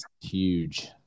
huge